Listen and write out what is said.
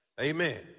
Amen